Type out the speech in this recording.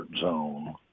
zone